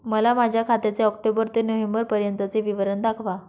मला माझ्या खात्याचे ऑक्टोबर ते नोव्हेंबर पर्यंतचे विवरण दाखवा